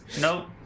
Nope